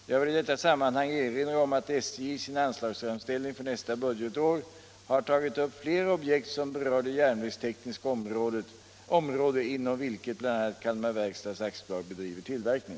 Jag vill i detta sammanhang erinra om att SJ i sin anslagsframställning för nästa budgetår har tagit upp flera objekt som berör det järnvägstekniska område inom vilket bl.a. Kalmar Verkstads AB bedriver tillverkning.